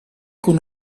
con